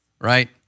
right